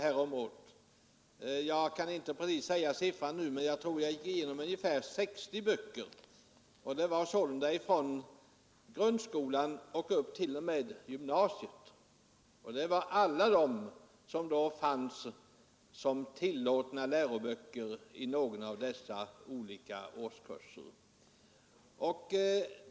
Jag kan nu inte säga den exakta siffran, men jag tror att det rörde sig om ett 60-tal böcker från grundskolan och upp till gymnasiet. Alla dessa fanns med som tillåtna läroböcker i olika årskurser.